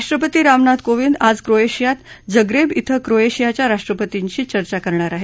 राष्ट्रपती रामनाथ कोविंद आज क्रोएशियात जप्रेब धिं क्रोएशियाच्या राष्ट्रपतींशी चर्चा करणार आहेत